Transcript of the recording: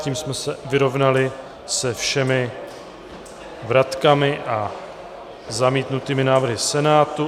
Tím jsme se vyrovnali se všemi vratkami a zamítnutými návrhy v Senátu.